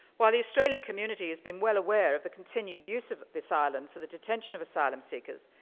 while the australian community has been well aware of the continued use of this island for the detention of asylum seekers,